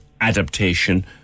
adaptation